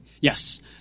Yes